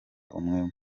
umwe